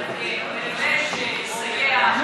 באמת שיסייע,